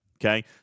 okay